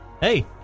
hey